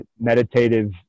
meditative